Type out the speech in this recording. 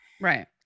Right